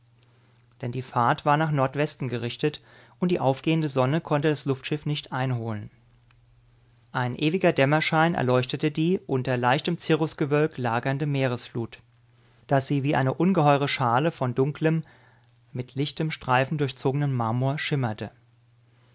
denn die fahrt war nach nordwesten gerichtet und die aufgehende sonne konnte das luftschiff nicht einholen ein ewiger dämmerschein erleuchtete die unter leichtem cirrusgewölk lagernde meeresflut daß sie wie eine ungeheure schale von dunklem mit lichten streifen durchzogenem marmor schimmerte